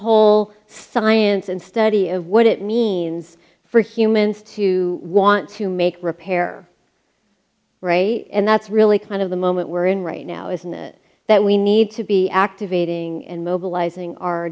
whole science and study of what it means for humans to want to make repair and that's really kind of the moment we're in right now isn't it that we need to be activating and